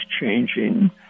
changing